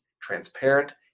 transparent